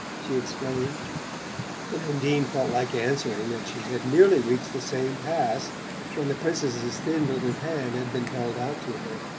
she explained and undine felt like answering that she had nearly reached the same pass when the princess's thin little hand had been held out to her.